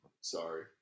sorry